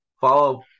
follow